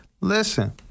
listen